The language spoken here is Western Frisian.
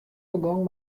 begûn